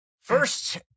First